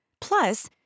Plus